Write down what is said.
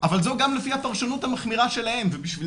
אבל זה גם לפי הפרשנות המחמירה שלהם ובשביל